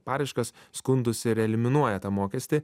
paraiškas skundus ir eliminuoja tą mokestį